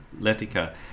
letica